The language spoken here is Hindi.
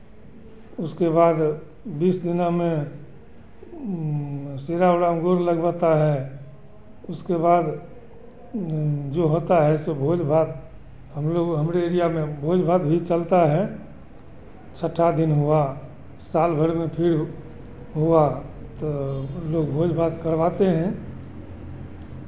उसके बाद बीस दिना में में गोड लगवाता है उसके बाद जो होता है सो भोज भात हम लोग हमरे एरिया में भोज भात भी चलता है छठा दिन हुआ साल भर में फिर हुआ तो लोग भोज भात करवाते हैं